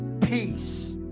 peace